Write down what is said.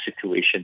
situation